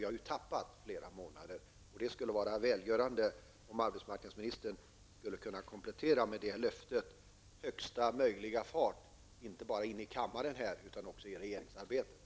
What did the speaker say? Vi har ju tappat flera månader. Det skulle vara välgörande om arbetsmarknadsministern kunde komplettera med löftet att hålla högsta möjliga fart inte bara in i riksdagens kammare utan också i regeringsarbetet.